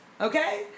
Okay